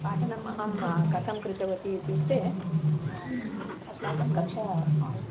पाठनम् अहं कथं कृतवती इत्युक्ते अस्माकं कक्षा आल्